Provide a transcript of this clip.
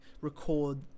record